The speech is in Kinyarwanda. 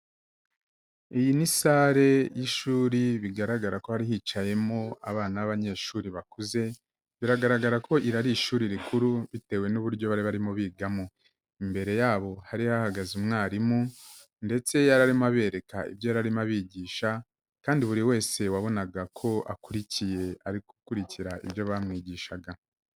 Iyi ni sale y'ishuri bigaragara ko hari hicayemo abana b'abanyeshuri bakuze, biragaragara ko iri ari ishuri rikuru bitewe n'uburyo bari barimo bigamo, imbere yabo hari hahagaze umwarimu ndetse yari arimo abereka ibyo yari arimo abigisha, kandi buri wese wabonaga ko akurikiye, ari gukurikira ibyo bamwigishaga.